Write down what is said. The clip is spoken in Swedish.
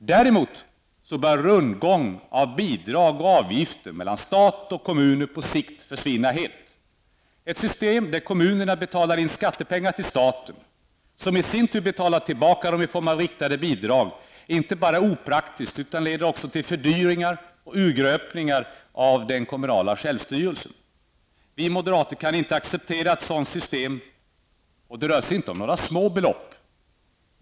Däremot bör rundgång av bidrag och avgifter mellan stat och kommuner på sikt försvinna helt. Ett system där kommunerna betalar in skattepengar till staten, som i sin tur betalar tillbaka dem i form av riktade bidrag, är inte bara opraktiskt utan leder också till fördyringar och urgröpningar av den kommunala självstyrelsen. Vi moderater kan inte acceptera ett sådant system, och det rör sig inte om några små belopp.